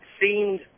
seemed